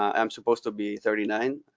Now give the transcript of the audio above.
i'm supposed to be thirty nine,